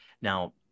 Now